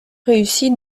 réussi